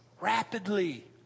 rapidly